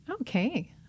Okay